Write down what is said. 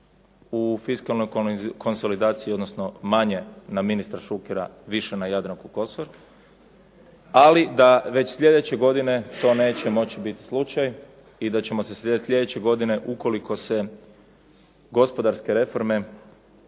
u fiskalnoj konsolidaciji, odnosno manje na ministra Šukera, više na Jadranku Kosor, ali da već sljedeće godine to neće moći biti slučaj i da ćemo se sljedeće godine, ukoliko se gospodarske reforme